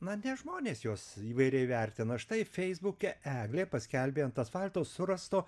na nes žmonės juos įvairiai vertina štai feisbuke eglė paskelbė ant asfalto surasto